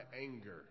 anger